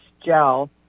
gel